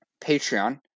Patreon